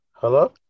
Hello